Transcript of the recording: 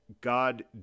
god